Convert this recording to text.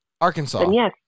Arkansas